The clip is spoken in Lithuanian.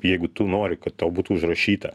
jeigu tu nori kad tau būtų užrašyta